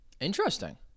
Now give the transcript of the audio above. Interesting